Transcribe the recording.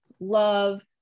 love